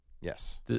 Yes